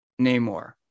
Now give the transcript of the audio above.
Namor